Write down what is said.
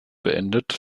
beendet